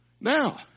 Now